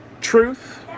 truth